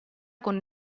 con